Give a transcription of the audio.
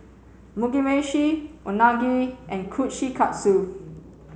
Mugi Meshi Unagi and Kushikatsu